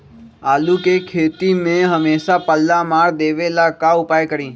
आलू के खेती में हमेसा पल्ला मार देवे ला का उपाय करी?